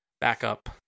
backup